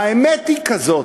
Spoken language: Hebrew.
והאמת היא כזאת,